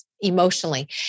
emotionally